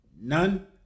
None